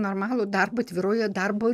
normalų darbą atviroje darbo